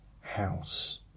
house